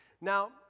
Now